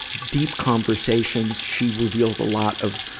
deep conversations. she revealed a lot of,